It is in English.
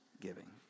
giving